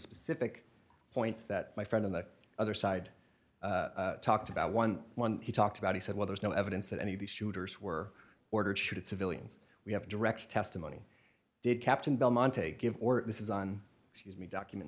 specific points that my friend on the other side talked about eleven he talked about he said well there's no evidence that any of these shooters were ordered to shoot at civilians we have direct testimony did captain belmonte give or this is on excuse me document